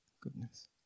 Goodness